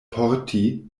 porti